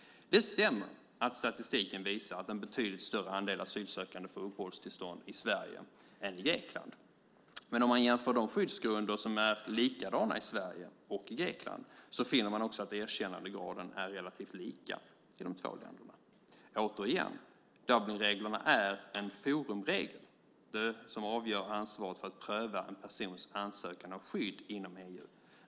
Det stämmer att statistiken visar att en betydligt större andel av asylsökande får uppehållstillstånd i Sverige än i Grekland, men om man jämför de skyddsgrunder som är likadana i Sverige och Grekland finner man att erkännandegraden är relativt lika i de två länderna. Återigen: Dublinreglerna är en forumregel, det som avgör ansvaret för att pröva en persons ansökan om skydd inom EU.